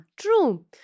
true